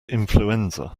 influenza